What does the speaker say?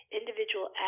individual